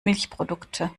milchprodukte